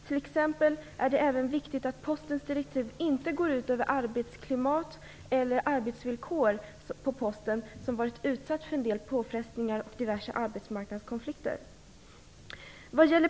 T.ex. är det viktigt att Postens direktiv inte går ut över arbetsklimat eller arbetsvillkor på Posten, som redan varit utsatt för en del påfrestningar och diverse arbetsmarknadskonflikter.